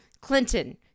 clinton